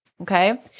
Okay